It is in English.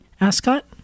Ascot